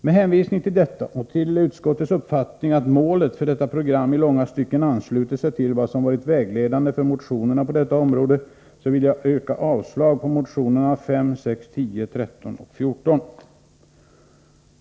Med hänvisning till detta och till utskottets uppfattning att målet för detta program i långa stycken ansluter sig till vad som varit vägledande för motionerna på detta område vill jag yrka avslag på reservationerna 5, 6, 10, 13 och 14.